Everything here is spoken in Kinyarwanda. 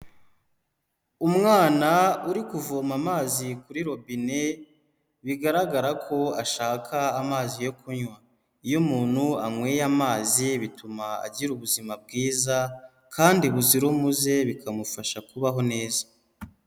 Umwana uri kuvoma amazi kuri robine, bigaragara ko ashaka amazi yo kunywa, iyo umuntu anyweye amazi bituma agira ubuzima bwiza, kandi buzira umuze bikamufasha kubaho neza.